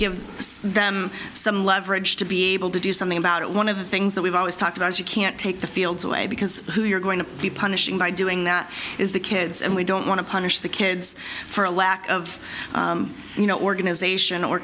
give them some leverage to be able to do something about it one of the things that we've always talked about is you can't take the fields away because who you're going to be punishing by doing that is the kids and we don't want to punish the kids for a lack of you know organization or